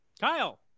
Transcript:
Kyle